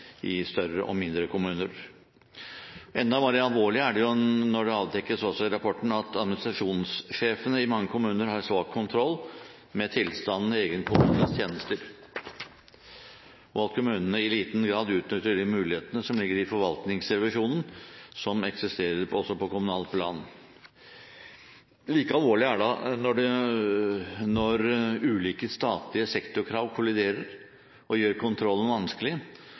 større og mindre kommuner. Enda mer alvorlig er det når det avdekkes i rapporten at administrasjonssjefene i mange kommuner har svak kontroll med tilstanden i egen kommunes tjenester, og at kommunene i liten grad utnytter de mulighetene som ligger i forvaltningsrevisjonen, som også eksisterer på kommunalt plan. Like alvorlig er det når ulike statlige sektorkrav kolliderer og gjør kontrollen vanskelig,